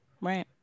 Right